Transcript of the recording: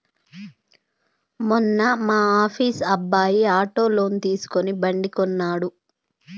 మొన్న మా ఆఫీస్ అబ్బాయి ఆటో లోన్ తీసుకుని బండి కొన్నడు